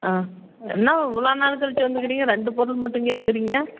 ஆ என்ன இவ்வளோ நாள் கழிச்சி வந்துக்கிறீங்க ரெண்டு பொருள் மட்டும் கேட்கறீங்க